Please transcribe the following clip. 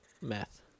meth